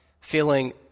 feeling